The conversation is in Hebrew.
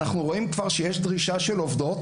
אנחנו רואים כבר שיש דרישה של עובדות